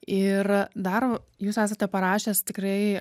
ir dar jūs esate parašęs tikrai